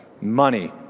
money